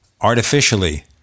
artificially